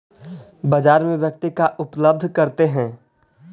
बाजार में व्यक्ति का उपलब्ध करते हैं?